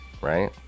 right